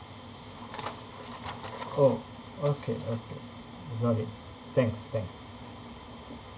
oh okay okay I got it thanks thanks